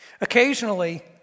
Occasionally